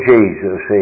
Jesus